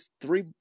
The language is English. three